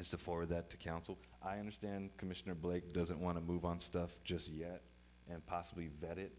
body as the for that to counsel i understand commissioner blake doesn't want to move on stuff just yet and possibly vet it